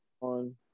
on